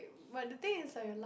but the thing is like your la~